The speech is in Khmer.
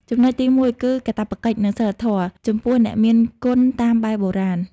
ចំណុចទីមួយគឺ "កាតព្វកិច្ច" និង "សីលធម៌" ចំពោះអ្នកមានគុណតាមបែបបុរាណ។